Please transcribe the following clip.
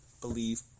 believe